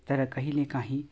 तर कहिलेकाहीँ